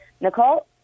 Nicole